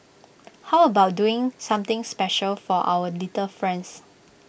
how about doing something special for our little friends